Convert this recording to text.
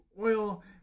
oil